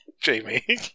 Jamie